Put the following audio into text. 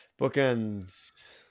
Bookends